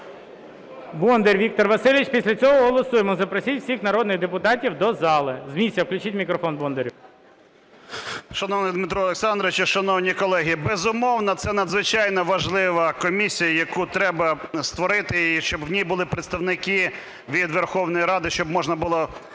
Бондар Віктор Васильович. Після цього голосуємо. Запросіть всіх народних депутатів до зали. З місця включіть мікрофон Бондарю. 13:32:23 БОНДАР В.В. Шановний Дмитре Олександровичу, шановні колеги, безумовно, це надзвичайно важлива комісія, яку треба створити і щоб в ній були представники від Верховної Ради, щоб можна було